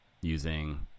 using